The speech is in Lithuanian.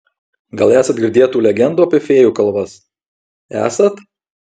gal esat girdėję tų legendų apie fėjų kalvas esat